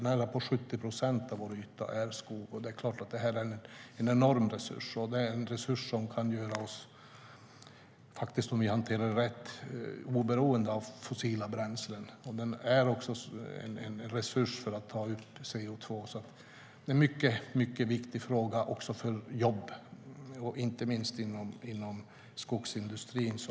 Närapå 70 procent av vår yta är skog. Det är klart att den är en enorm resurs och en resurs som, om vi hanterar den rätt, kan göra oss oberoende av fossila bränslen. Den är också en resurs för att ta upp CO2. Skogen är även en mycket viktig jobbfråga, inte minst inom skogsindustrin.